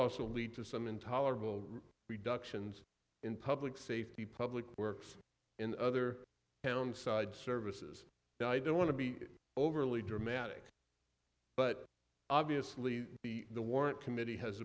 also lead to some intolerable reductions in public safety public works in other downside services and i don't want to be overly dramatic but obviously the the warrant committee has